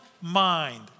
mind